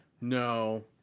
no